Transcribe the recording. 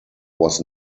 was